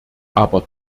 aber